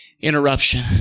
interruption